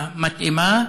המתאימה.